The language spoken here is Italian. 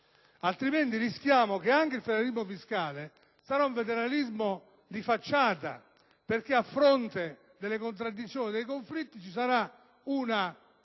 altrimenti rischiamo che anche il federalismo fiscale sia un federalismo di facciata, perché, a fronte delle contraddizioni e dei conflitti, vi sarà una